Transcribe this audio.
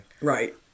Right